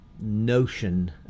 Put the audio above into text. notion